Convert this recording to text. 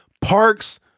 parks